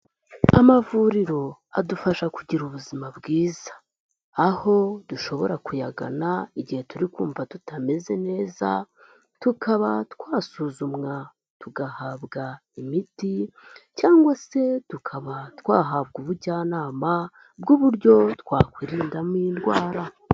Amavuriro adufasha kugira ubuzima bwiza aho dushobora kuyagana igihe turi kumva tutameze neza, tukaba twasuzumwa tugahabwa imiti, cyangwa se tukaba twahabwa ubujyanama bw'uburyo twakwirindamo indwara.